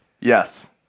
Yes